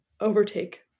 overtake